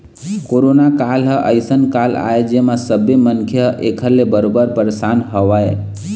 corona काल ह अइसन काल आय जेमा सब्बे मनखे ह ऐखर ले बरोबर परसान हवय